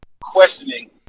questioning